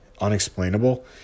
unexplainable